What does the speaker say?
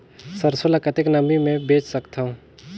सरसो ल कतेक नमी मे बेच सकथव?